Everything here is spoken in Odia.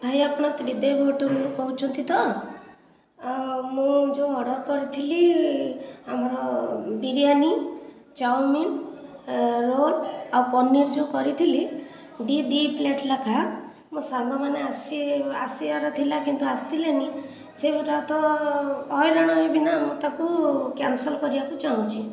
ଭାଇ ଆପଣ ତ୍ରିଦେବ ହୋଟେଲରୁ କହୁଛନ୍ତି ତ ମୁଁ ଯେଉଁ ଅର୍ଡ଼ର କରିଥିଲି ଆମର ବିରିୟାନୀ ଚାଓମିନ୍ ରୋଲ୍ ଆଉ ପନିର ଯେଉଁ କରିଥିଲି ଦୁଇ ଦୁଇ ପ୍ଲେଟ୍ ଲେଖାଏଁ ମୋ' ସାଙ୍ଗମାନେ ଆସି ଆସିବାର ଥିଲା କିନ୍ତୁ ଆସିଲେନି ସେଇଟା ତ ହଇରାଣ ହେବି ନା ମୁଁ ତାକୁ କ୍ୟାନ୍ସଲ କରିବାକୁ ଚାହୁଁଛି